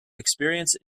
experience